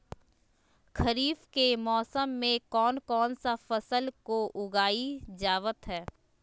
खरीफ के मौसम में कौन कौन सा फसल को उगाई जावत हैं?